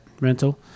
Rental